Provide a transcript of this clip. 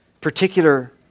particular